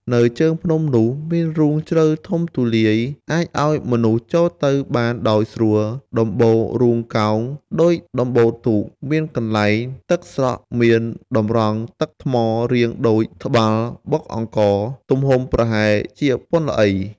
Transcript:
នៅជើងភ្នំនោះ មានរូងជ្រៅធំទូលាយ អាចឱ្យមនុស្សចូលទៅបានដោយស្រួល ដំបូលរូងកោងដូចដំបូលទូក មានកន្លែងទឹកស្រក់មានតម្រងទឹកថ្មរាងដូចត្បាល់បុកអង្ករ ទំហំប្រហែលជាប៉ុនល្បី ។